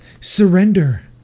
surrender